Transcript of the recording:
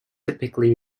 typically